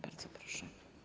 Bardzo proszę.